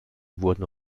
wurden